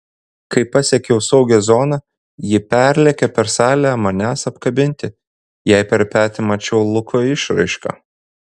kai pasiekiau saugią zoną ji perlėkė per salę manęs apkabinti jai per petį mačiau luko išraišką